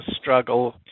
struggle